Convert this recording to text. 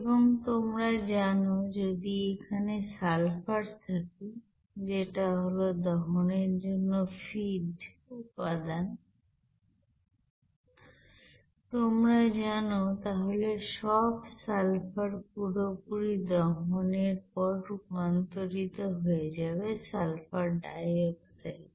এবং তোমরা জানো যদি এখানে সালফার থাকে যেটা হলো দহনের জন্য ফিড উপাদান তোমরা জানো তাহলে সব সালফার পুরোপুরি দহন এর পর রূপান্তরিত হয়ে যাবে সালফার ডাই অক্সাইড